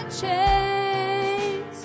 chains